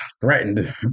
threatened